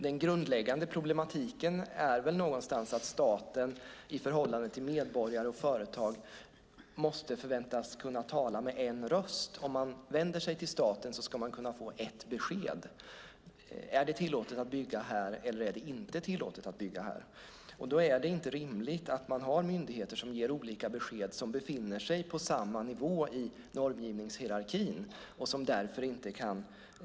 Den grundläggande problematiken är någonstans att staten i förhållande till medborgare och företag måste kunna förväntas tala med en röst. Om man vänder sig till staten ska man kunna få ett besked: Är det tillåtet att bygga här, eller är det inte tillåtet att bygga här? Då är det inte rimligt att man har myndigheter som befinner sig på samma nivå i normgivningshierarkin ger olika besked.